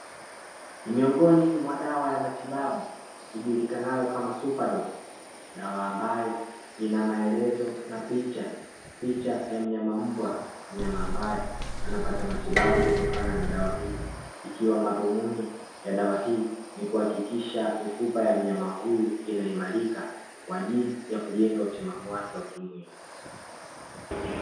Ni miongoni mwa dawa ya matibabu ijulikanayo kama "SUPERDOG". Dawa ambayo ina maelezo na picha (picha ya mnyama mbwa). Mnyama ambaye anapata matibabu kutokana na dawa hii. Ikiwa madhumuni ya dawa hii ni kuhakikisha mifupa ya mnyama huyu inaimarika, kwa ajili ya kujenga utimamu wake wa kimwili.